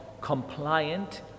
compliant